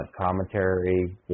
commentary